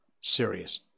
serious